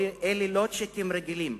אלה לא "צ'יקים" רגילים,